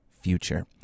future